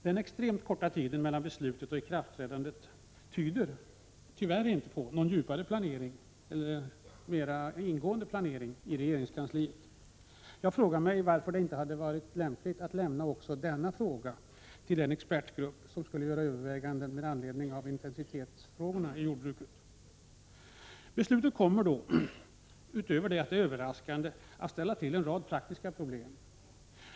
Den extremt korta tiden mellan beslutet och ikraftträdandet tyder tyvärr inte på någon mer ingående planering i regeringskansliet. Jag frågar mig varför det inte hade varit lämpligt att överlämna också denna fråga till den expertgrupp som skall göra överväganden om intensitetsfrågorna i jordbruket. Utöver detta att beslutet är överraskande kommer det att ställa till en rad praktiska problem.